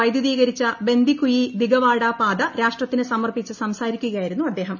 വൈദ്യുതീകരിച്ച ബന്ദിക്കുയി ദിഗവാഡാ പാത രാഷ്ട്രത്തിന് സമർപ്പിച്ചു സംസാരിക്കുകയായിരുന്നു അദ്ദേഹം